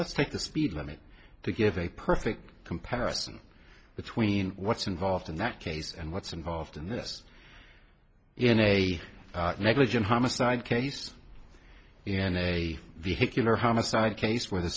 let's take the speed limit to give a perfect comparison between what's involved in that case and what's involved in this in a negligent homicide case in a vehicular homicide case where the